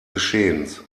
geschehens